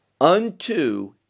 unto